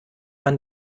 man